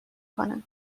کنم